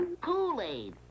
Kool-Aid